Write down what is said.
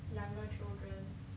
younger children